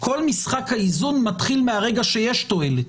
כל משחק האיזון מתחיל מהרגע שיש תועלת.